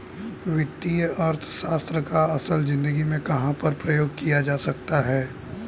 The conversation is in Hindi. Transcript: वित्तीय अर्थशास्त्र का असल ज़िंदगी में कहाँ पर प्रयोग किया जा सकता है?